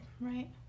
Right